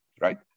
right